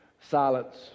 silence